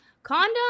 condom